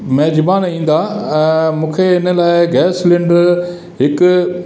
मेजबान ईंदा मूंखे हिन लाइ गैस सिलेंडर हिकु